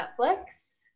Netflix